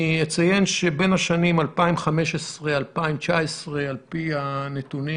אציין שבין השנים 2015 ל-2019 על פי הנתונים